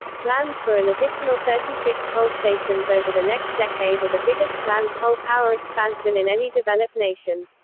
plans for an additional thirty six coal stations over the next decade are the biggest planned coal power expansion in any developed nation.